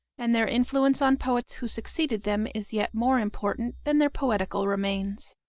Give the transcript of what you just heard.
and their influence on poets who succeeded them is yet more important than their poetical remains.